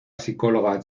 psicóloga